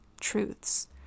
truths